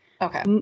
Okay